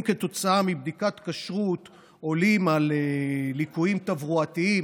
אם כתוצאה מבדיקת כשרות עולים על ליקויים תברואתיים,